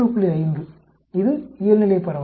5 இது இயல்நிலைப் பரவலாகும்